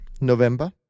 november